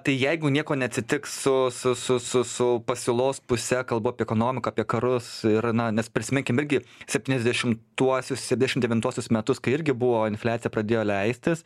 tai jeigu nieko neatsitiks su su su su su pasiūlos puse kalbu apie ekonomiką apie karus ir na nes prisiminkim irgi septyniasdešimtuosius septyniasdešimt devintuosius metus kai irgi buvo infliacija pradėjo leistis